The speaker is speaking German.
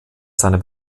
seiner